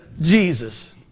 Jesus